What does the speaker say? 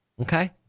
Okay